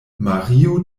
mario